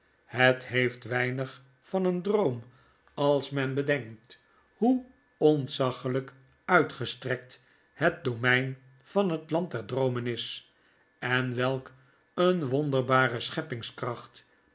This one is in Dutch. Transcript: het heeft weinig van een droom als men bedenkt hoe ontzaggelijk uitgestrekt het domein van het land der droomen is en welk een wonderbare